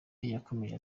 yarakomeje